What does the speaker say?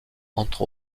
entre